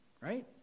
Right